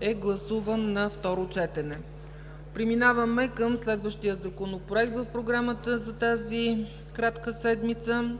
е гласуван на второ четене! Преминаваме към следващия Законопроект по програмата за тази кратка седмица: